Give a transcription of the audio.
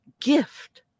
gift